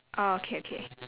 ah okay okay